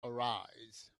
arise